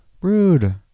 Rude